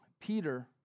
Peter